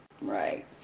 Right